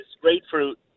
grapefruit